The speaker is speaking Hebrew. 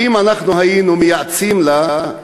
אנחנו היינו מייעצים לה,